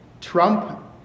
Trump